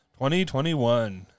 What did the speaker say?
2021